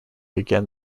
again